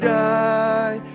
die